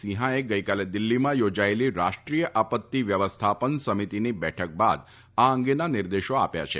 સિંફાએ ગઈકાલે દિલ્ફીમાં યોજાયેલી રાષ્ટ્રીય આપત્તી વ્યવસ્થાપન સમિતિની બેઠક બાદ આ અંગેના નિર્દેશો આપ્યા છે